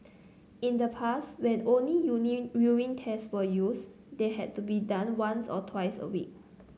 in the past when only union urine tests were used they had to be done once or twice a week